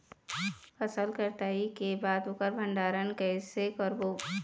फसल कटाई के बाद ओकर भंडारण कइसे करबो?